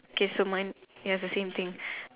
okay so mine ya it's the same thing